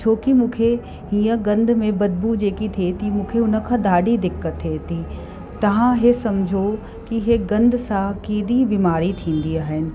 छो कि मूंखे हीअं गंद में बदबू जेकि थिए थी मूंखे हुन खां ॾाढी दिक़त थिए थी तव्हां इहो समुझो कि इहा गंद सां केॾी बीमारी थींदी आहिनि